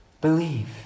Believe